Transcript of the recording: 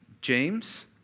James